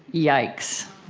yikes.